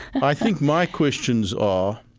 i think my questions are